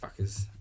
Fuckers